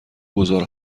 گذار